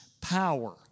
power